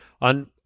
on